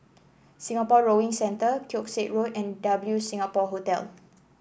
Singapore Rowing Centre Keong Saik Road and W Singapore Hotel